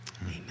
Amen